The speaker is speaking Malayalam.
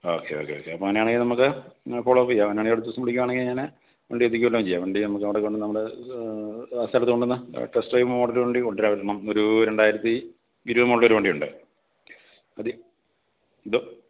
ആ ഓക്കെ ഓക്കെ ഓക്കെ അപ്പോൾ അങ്ങനെയാണെങ്കിൽ നമുക്ക് ഫോളോ അപ്പ് ചെയ്യാം അങ്ങനെയാണെങ്കിൽ അടുത്ത ദിവസം വിളിക്കുകയാണെങ്കിൽ ഞാൻ വണ്ടി എത്തിക്കുമല്ലോ ചെയ്യാം വണ്ടി നമുക്ക് മോഡൽ കൊണ്ടു വന്ന് ടെസ്റ്റ് ഡ്രൈവ് മോഡൽ ഒരു വണ്ടി കൊണ്ടു വരും ഒരു രണ്ടായിരത്തി ഇരുപത് മോഡൽ ഒരു വണ്ടിയുണ്ട് അത് എന്തോ